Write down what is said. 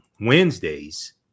Wednesdays